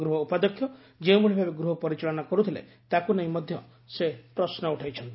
ଗୃହ ଉପାଧ୍ୟକ୍ଷ ଯେଉଁଭଳି ଭାବେ ଗୃହ ପରିଚାଳନା କରୁଥିଲେ ତାକୁ ନେଇ ମଧ୍ୟ ସେ ପ୍ରଶ୍ନ ଉଠାଇଛନ୍ତି